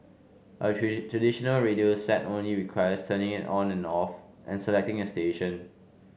a traditional radio set only requires turning it on or off and selecting a station